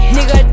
Nigga